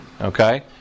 okay